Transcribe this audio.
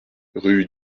rue